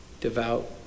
devout